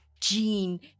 gene